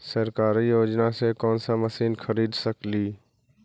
सरकारी योजना से कोन सा मशीन खरीद सकेली?